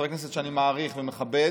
חבר כנסת שאני מעריך ומכבד,